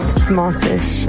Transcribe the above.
smartish